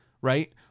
right